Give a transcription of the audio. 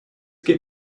get